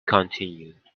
continued